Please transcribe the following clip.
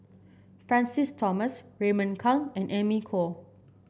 Francis Thomas Raymond Kang and Amy Khor